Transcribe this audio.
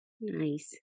Nice